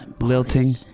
lilting